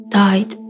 died